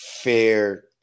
fair